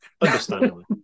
Understandably